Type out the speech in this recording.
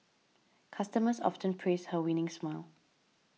customers often praise her winning smile